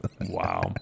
Wow